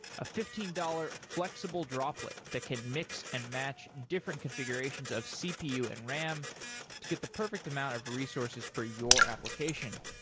a fifteen dollars flexible droplet that can mix and match different configurations of cpu and ram to get the perfect amount of resources for your application.